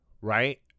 right